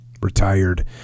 retired